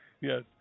Yes